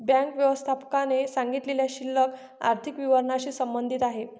bank व्यवस्थापकाने सांगितलेली शिल्लक आर्थिक विवरणाशी संबंधित आहे